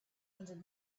hundred